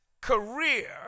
career